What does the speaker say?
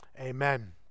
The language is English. Amen